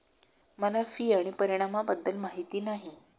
मला फी आणि परिणामाबद्दल माहिती नाही